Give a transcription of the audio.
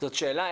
שזאת שאלה,